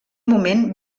moment